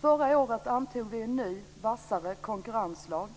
Förra året antog vi en ny vassare konkurrenslag.